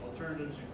Alternatives